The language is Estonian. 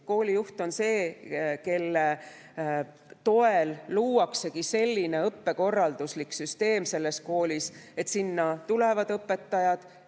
Koolijuht on see, kelle toel luuaksegi koolis selline õppekorralduslik süsteem, et sinna tulevad õpetajad,